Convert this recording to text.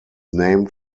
named